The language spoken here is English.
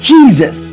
Jesus